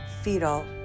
fetal